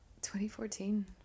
2014